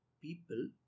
people